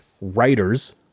writers